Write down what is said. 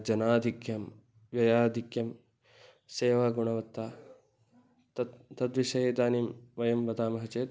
जनाधिक्यं व्ययाधिक्यां सेवागुणवत्ता तत् तद्विषये इदानीं वयं वदामः चेत्